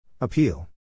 Appeal